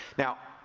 now,